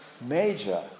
Major